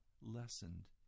lessened